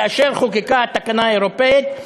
כאשר חוקקה התקנה האירופית,